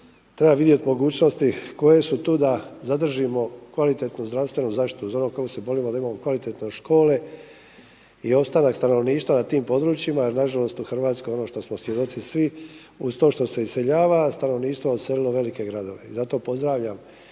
treba vidjeti mogućnosti koje su tu da zadržimo kvalitetnu zdravstvenu zaštitu. Uz ono kojom se borimo da imamo kvalitetno škole i ostanak stanovništvo na tom području jer na žalost u Hrvatskoj ono što smo svjedoci svi uz to što se iseljava stanovništvo je naselilo velike gradove. Zato pozdravljam